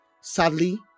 Sadly